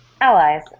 allies